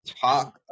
talk